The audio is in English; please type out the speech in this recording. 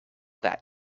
that